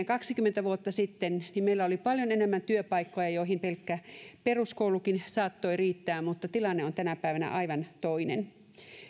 kaksikymmentä vuotta sitten niin meillä oli paljon enemmän työpaikkoja joihin pelkkä peruskoulukin saattoi riittää mutta tilanne on tänä päivänä aivan toinen